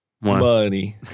money